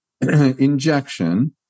injection